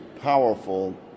powerful